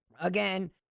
again